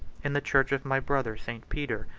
in the church of my brother st. peter,